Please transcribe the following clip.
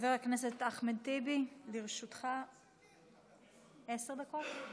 חבר הכנסת אחמד טיבי, לרשותך עשר דקות.